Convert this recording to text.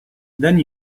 then